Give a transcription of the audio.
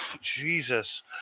jesus